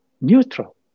neutral